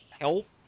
help